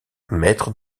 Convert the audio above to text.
mètres